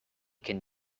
can